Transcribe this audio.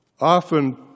often